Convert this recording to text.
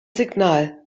signal